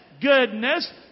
goodness